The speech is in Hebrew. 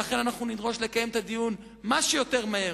לכן אנחנו נדרוש לקיים את הדיון כמה שיותר מהר.